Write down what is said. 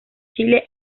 chile